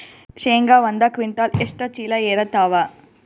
ಶೇಂಗಾ ಒಂದ ಕ್ವಿಂಟಾಲ್ ಎಷ್ಟ ಚೀಲ ಎರತ್ತಾವಾ?